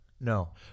No